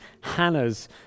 Hannah's